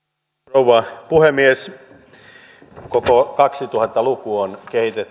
rouva puhemies koko kaksituhatta luku on